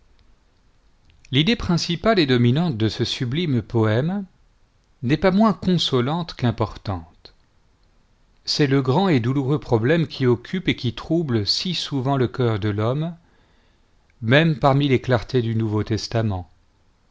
l'idée principale et dominante de ce sublime poème n'est pas moins consolante qu'importante c'est le grand et douloureux problème qui occupe et qui trouble si souvent le cœur de l'homme même parmi les clartés du nouveau testament